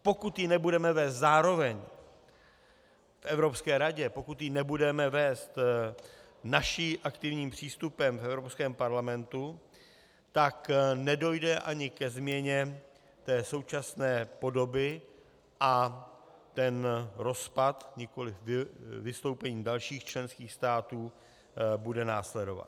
Pokud ji nebudeme vést zároveň v Evropské radě, pokud ji nebudeme vést naším aktivním přístupem v Evropském parlamentu, tak nedojde ani ke změně současné podoby a rozpad, nikoliv vystoupení dalších členských států bude následovat.